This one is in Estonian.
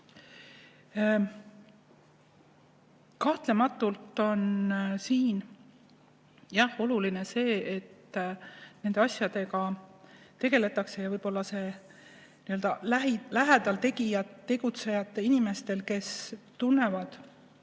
Kahtlematult on siin jah oluline see, et nende asjadega tegeldakse, ja võib-olla lähedal tegutsejad, inimesed, kes tunnevad